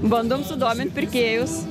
bandom sudomint pirkėjus